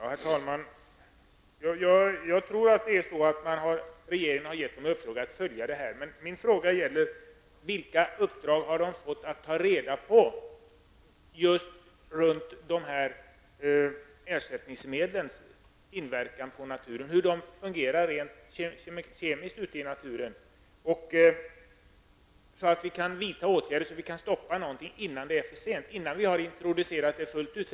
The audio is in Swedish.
Herr talman! Jag tror när miljöministern säger att regeringen har uppdragit åt dessa myndigheter att följa frågan. Men min fråga är: Vad har de fått i uppdrag att ta reda på om dessa ersättningsmedels inverkan på natur och hur de rent kemiskt reagerar i naturen. Vi måste kunna vidta åtgärder och stoppa användning innan det är för sent, innan vi har introducerat dem fullt ut.